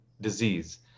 disease